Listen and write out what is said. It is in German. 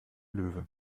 löwe